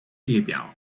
列表